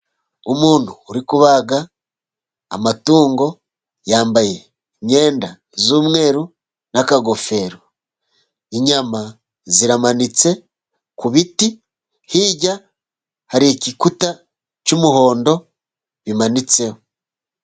Umuntu uri kubaga amatungo yambaye imyenda y'umweru n'akagofero. Inyama ziramanitse ku biti, hirya hari igikuta cy'umuhondo zimanitseho.